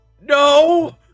No